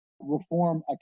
reform